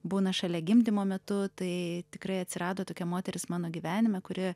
būna šalia gimdymo metu tai tikrai atsirado tokia moteris mano gyvenime kuri